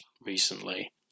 recently